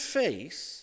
face